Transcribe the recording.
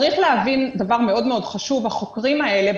צריך להבין דבר מאוד מאוד חשוב: החוקרים האלה,